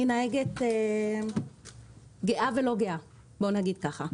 אני נהגת גאה ולא גאה, נגיד כך.